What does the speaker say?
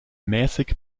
mäßig